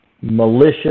malicious